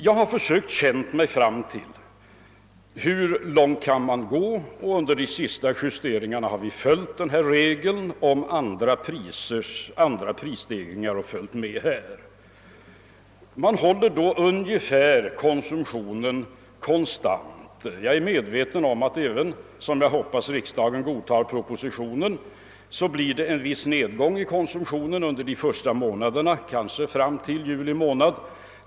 Jag har försökt känna mig fram till hur långt man kan gå, och vid de senaste justeringarna har vi följt regeln om anpassningen till andra prisstegringar. Man håller då konsumtionen ungefär konstant. Jag är medveten om :att även ifall — vilket jag hoppas — riksdagen godtar propositionen blir det en viss nedgång i konsumtionen under de första månaderna, kanske fram till juli månad.